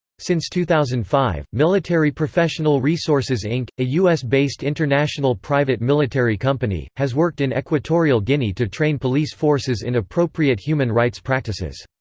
since two thousand and five, military professional resources inc, a us-based international private military company, has worked in equatorial guinea to train police forces in appropriate human rights practices.